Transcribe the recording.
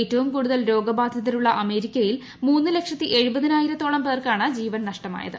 ഏറ്റവും കൂടുതൽ രോഗബാധിതർ അമേരിക്കയിൽ മൂന്നൂ ലക്ഷത്തി എഴുപതിനായിരംത്തോളം പേർക്കാണ് ജീവൻ നഷ്ടമായത്